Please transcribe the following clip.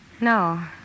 No